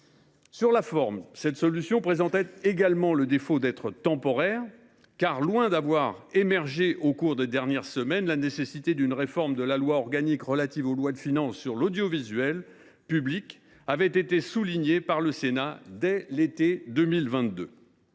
Sur la forme, cette solution présentait également le défaut d’être temporaire. Loin de n’avoir émergé qu’au cours des dernières semaines, la nécessité d’une réforme de la loi organique relative aux lois de finances sur l’audiovisuel public avait été soulignée par le Sénat dès l’été 2022.